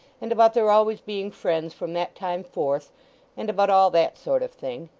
and about their always being friends from that time forth and about all that sort of thing.